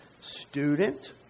student